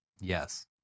yes